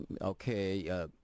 okay